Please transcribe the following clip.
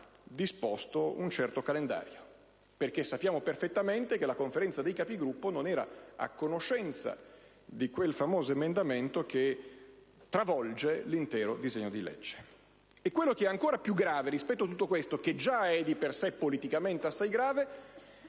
disposto un certo calendario. Sappiamo, infatti, perfettamente che la Conferenza dei Capigruppo non era a conoscenza di quel famoso emendamento che travolge l'intero disegno di legge. Quello che è ancora più grave rispetto a tutto questo, che è già di per sé politicamente assai grave,